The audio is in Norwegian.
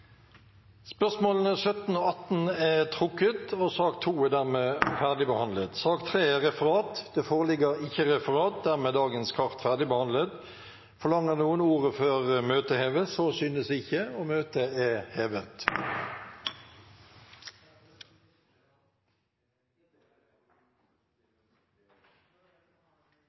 er trukket tilbake. Dette spørsmålet er trukket tilbake. Den ordinære spørretimen er dermed omme. Det foreligger ikke noe referat. Dermed er dagens kart ferdigbehandlet. Forlanger noen ordet før møtet heves? – Møtet er hevet.